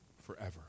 forever